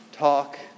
Talk